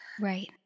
Right